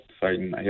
fighting